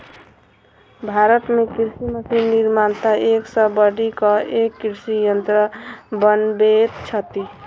भारत मे कृषि मशीन निर्माता एक सॅ बढ़ि क एक कृषि यंत्र बनबैत छथि